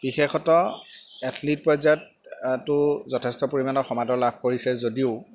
বিশেষত এথলিট পৰ্যায়ত তো যথেষ্ট পৰিমাণৰ সমাদৰ লাভ কৰিছে যদিও